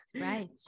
Right